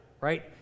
right